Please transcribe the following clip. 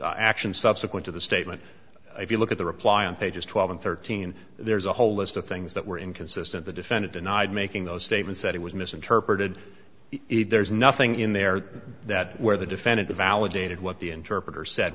the action subsequent to the statement if you look at the reply on pages twelve and thirteen there's a whole list of things that were inconsistent the defendant denied making those statements that he was misinterpreted there's nothing in there that where the defendant validated what the interpreter said